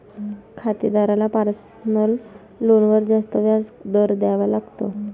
खातेदाराला पर्सनल लोनवर जास्त व्याज दर द्यावा लागतो